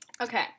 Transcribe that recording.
okay